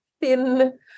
thin